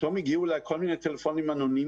פתאום הגיעו אליי כל מיני טלפונים אנונימיים